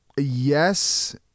Yes